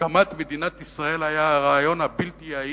הקמת מדינת ישראל היה הרעיון הבלתי-יעיל